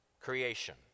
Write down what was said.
Creation